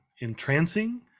entrancing